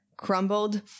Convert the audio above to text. Crumbled